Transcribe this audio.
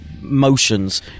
motions